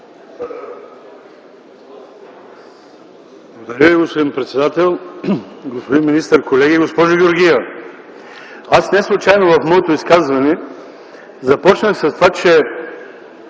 Благодаря Ви, господин председател. Господин министър, колеги, госпожо Георгиева! Неслучайно в моето изказване започнах с това, че